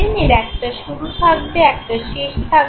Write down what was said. এর একটা শুরু থাকবে একটা শেষ থাকবে